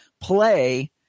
play